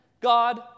God